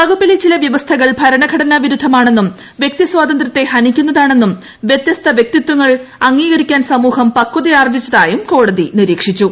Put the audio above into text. വകുപ്പിലെ ചില വ്യവസ്ഥകൾ ഭരണഘടനാ വിരുദ്ധമാണെന്നും വൃക്തി സ്വാതന്ത്ര്യത്തെ ഹനിക്കുന്നതാണെന്നും വൃത്യസ്ത വൃക്തിത്വങ്ങൾ അംഗീകരിക്കാൻ സമൂഹം പക്ഷതയാർജ്ജിച്ചതായും കോടതി നിരീക്ഷിച്ചു